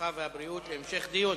הרווחה והבריאות נתקבלה.